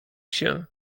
się